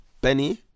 Benny